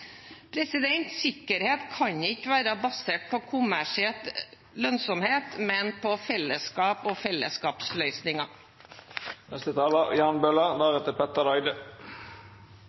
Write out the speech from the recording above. Sikkerhet kan ikke være basert på kommersiell lønnsomhet, men på fellesskap og